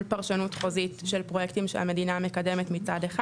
פרשנות חוזית של פרויקטים שהמדינה מקדמת מצד אחד.